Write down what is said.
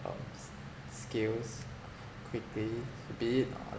um s~ skills quickly be it on